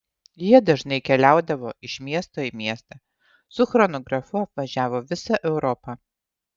jie dažnai keliaudavo iš miesto į miestą su chronografu apvažiavo visą europą